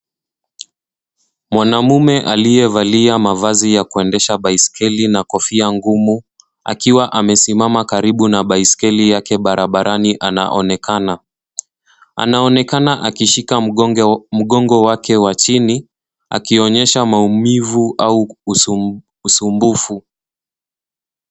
Mwanaume aliyevalia mavazi ya kuendesha baiskeli na kofia ngumu akiwa amesimama karibu na baiskeli yake barabarani anaonekana. Anaonekana akishika mgongo wake wa chini akionyehsa maumivu au usumbufu.